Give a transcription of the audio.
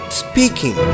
speaking